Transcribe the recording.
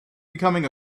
becoming